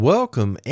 Welcome